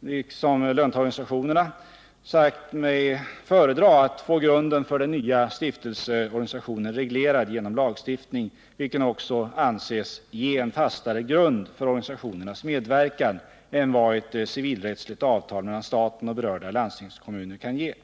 löntagarorganisationerna LO och TCO sagt sig föredra att få grunden för den nya stiftelseorganisationen reglerad genom lagstiftning, vilken också anses ge en fastare grund för organisationernas medverkan än vad ett civilrättsligt avtal mellan staten och berörda lands tingskommuner kan ge.